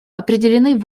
определены